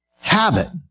habit